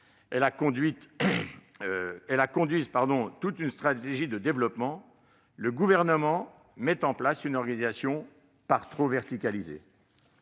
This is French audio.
et conduisent une stratégie de développement, le Gouvernement met en place une organisation trop verticale.